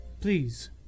Please